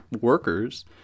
workers